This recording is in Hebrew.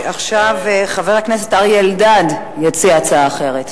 חבר הכנסת אריה אלדד יציע הצעה אחרת.